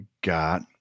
got